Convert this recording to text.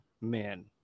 men